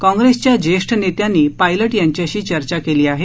काँग्रेसच्या ज्येष्ठ नेत्यांनी पायलट यांच्याशी चर्चा केली आहे